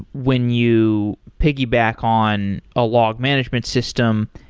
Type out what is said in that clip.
when you piggyback on a log management system,